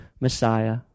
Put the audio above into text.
Messiah